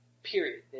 period